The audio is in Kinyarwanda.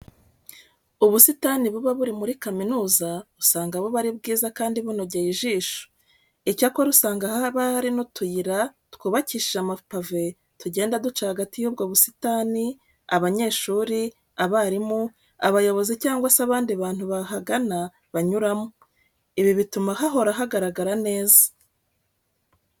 Ubusitani buba buri muri kaminuza usanga buba ari bwiza kandi bunogeye ijisho. Icyakora usanga haba hari n'utuyira twubakishije amapave tugenda duca hagati y'ubwo busitani abanyeshuri, abarimu, abayobozi cyangwa se abandi bantu bahagana banyuramo. Ibi bituma hahora hagaragara neza.